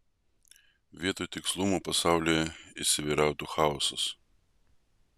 vietoj tikslumo pasaulyje įsivyrautų chaosas